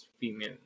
female